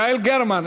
יעל גרמן,